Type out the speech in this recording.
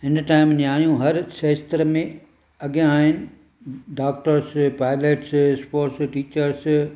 हिन टाइम नियाणियूं हर क्षेत्र में अॻियां आहिनि डॉक्टर्स पायलट्स स्पोर्ट्स टीचर्स